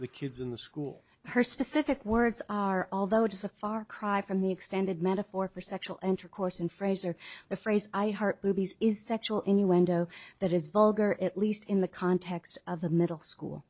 the kids in the school her specific words are although it is a far cry from the extended metaphor for sexual intercourse and fraser the phrase i heart boobies is sexual innuendo that is vulgar at least in the context of a middle school